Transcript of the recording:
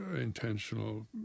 Intentional